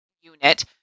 unit